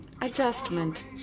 Adjustment